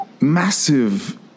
massive